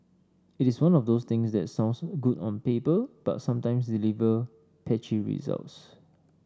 it is one of those things that sounds good on paper but sometimes deliver patchy results